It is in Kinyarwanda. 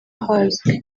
hazwi